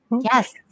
yes